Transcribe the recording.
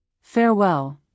Farewell